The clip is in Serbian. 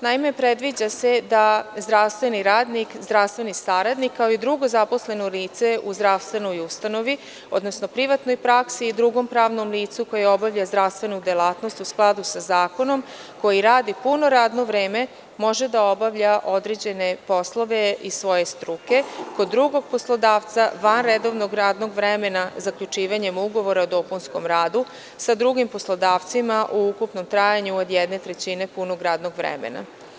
Naime, predviđa se da zdravstveni radnik, zdravstveni saradnik, kao i drugo zaposleno lice u zdravstvenoj ustanovi, odnosno privatnoj praksi i drugom pravnom licu koje obavlja zdravstvenu delatnost u skladu sa zakonom, koji radi puno radno vreme, može da obavlja određene poslove iz svoje struke kod drugog poslodavca van redovnog radnog vremena zaključivanjem ugovora o dopunskom radu sa drugim poslodavcem, u ukupnom trajanju od jedne trećine punog radnog vremena.